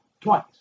twice